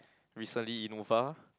recently Innova